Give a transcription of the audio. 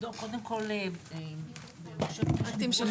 בבקשה.